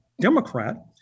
Democrat